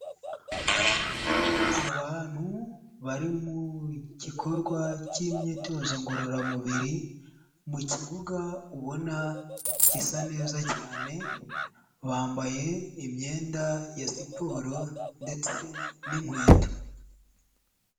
Abantu bari mu gikorwa k'imyitozo ngororamubiri mu kibuga ubona gisa neza cyane, bambaye imyenda ya siporo ndetse n'inkweto.